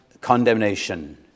condemnation